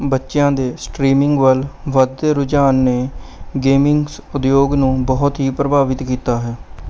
ਬੱਚਿਆਂ ਦੇ ਸਟ੍ਰੀਮਿੰਗ ਵੱਲ ਵੱਧਦੇ ਰੁਝਾਨ ਨੇ ਗੇਮਿੰਗਜ਼ ਉਦਯੋਗ ਨੂੰ ਬਹੁਤ ਹੀ ਪ੍ਰਭਾਵਿਤ ਕੀਤਾ ਹੈ